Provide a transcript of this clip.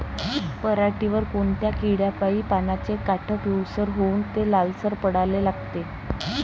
पऱ्हाटीवर कोनत्या किड्यापाई पानाचे काठं पिवळसर होऊन ते लालसर पडाले लागते?